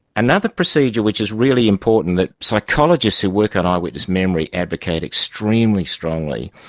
another procedure which is really important that psychologists who work on eye-witness memory advocate extremely strongly,